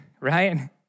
right